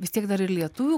vis tiek dar ir lietuvių